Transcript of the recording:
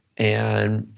and,